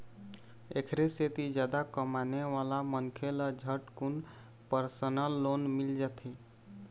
एखरे सेती जादा कमाने वाला मनखे ल झटकुन परसनल लोन मिल जाथे